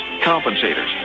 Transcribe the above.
compensators